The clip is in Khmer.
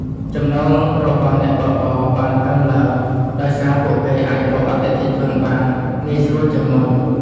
ចំណូលរបស់អ្នកបើកបរបានកើនឡើង ដោយសារពួកគេអាចរកអតិថិជនបានងាយស្រួលជាងមុន។